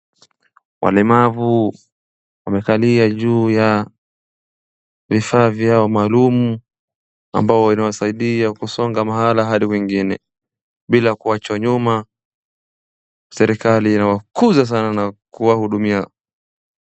Walemavu wamekalia juu ya vifaa vya maalum ambao inawasaidia kusonga mahala hadi mwingine. Mbila kuachwa nyuma serikali inawakuza sana na kuwa hudumia.